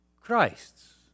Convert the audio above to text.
Christ's